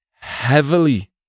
heavily